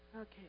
okay